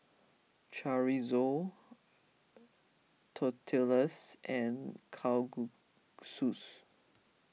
Chorizo Tortillas and Kalguksus